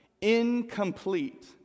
incomplete